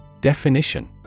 Definition